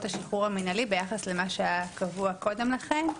השחרור המינהלי ביחס למה שהיה קבוע קודם לכן.